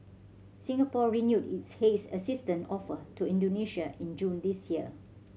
Singapore renewed its haze assistant offer to Indonesia in June this year